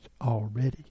already